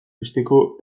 besteko